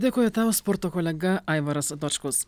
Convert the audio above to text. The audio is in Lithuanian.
dėkoju tau sporto kolega aivaras dočkus